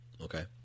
Okay